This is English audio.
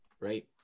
right